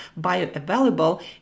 bioavailable